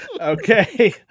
Okay